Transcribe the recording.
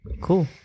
Cool